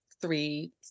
three